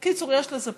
בקיצור, יש לזה פתרונות.